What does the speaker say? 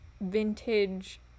vintage